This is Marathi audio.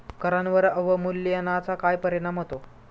करांवर अवमूल्यनाचा काय परिणाम होतो?